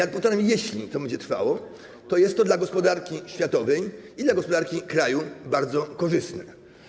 A jeśli to będzie trwało, to jest to dla gospodarki światowej i dla gospodarki kraju bardzo korzystne.